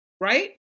right